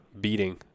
beating